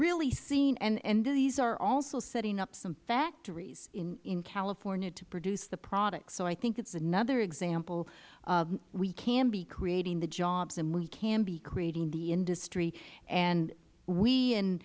really seeing and these are also setting up some factories in california to produce the products so i think it is another example of we can be creating the jobs and we can be creating the industry and we in